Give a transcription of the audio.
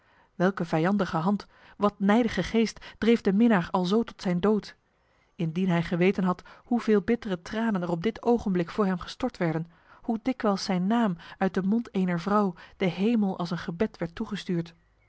welke vijandige hand wat nijdige geest dreef de minnaar alzo tot zijn dood indien hij geweten had hoeveel bittere tranen er op dit ogenblik voor hem gestort werden hoe dikwijls zijn naam uit de mond ener vrouw de hemel als een gebed werd toegestuurd